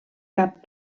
cap